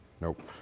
Nope